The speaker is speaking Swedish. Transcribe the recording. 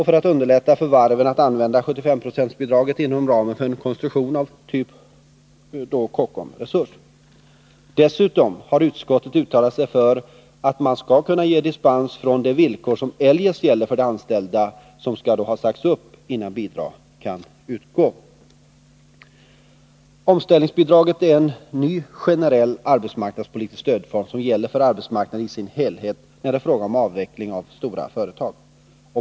För att underlätta för varven att använda 75-procentsbidraget för en konstruktion av typ Kockum Resurs har utskottet dessutom uttalat sig för att man skall kunna ge dispens från det villkor som eljest gäller för att de anställda skall ha sagts upp innan bidraget kan utgå. Omställningsbidraget är en ny generell arbetsmarknadspolitisk stödform, som gäller för arbetsmarknaden i dess helhet när det är fråga om avveckling av stora företag.